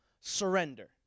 surrender